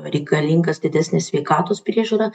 reikalingas didesnis sveikatos priežiūra